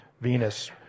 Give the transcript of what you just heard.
Venus